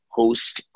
host